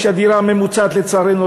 כך עולה לצערנו דירה ממוצעת במדינה,